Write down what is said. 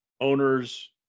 owners